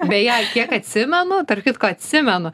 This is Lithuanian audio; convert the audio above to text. beje kiek atsimenu tarp kitko atsimenu